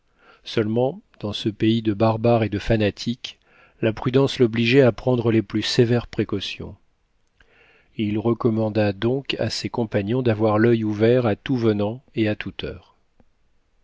seulement dans ce pays de barbares et de fanatiques la prudence l'obligeait à prendre les plus sévères précautions il recommanda donc à ses compagnons d'avoir l'il ouvert à tout venant et à toute heure